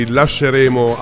lasceremo